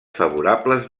favorables